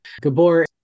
Gabor